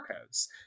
codes